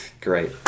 Great